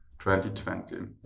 2020